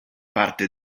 parte